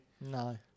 No